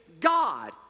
God